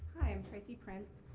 i'm tracy prince.